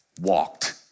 walked